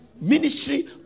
Ministry